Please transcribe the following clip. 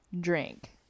drink